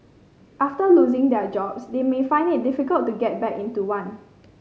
after losing their jobs they may find it difficult to get back into one